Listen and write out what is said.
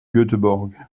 göteborg